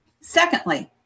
Secondly